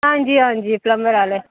हां जी हां जी प्लम्बर आह्ले